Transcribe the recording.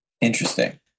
Interesting